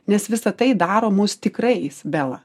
nes visa tai daro mus tikrais bela